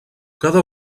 cada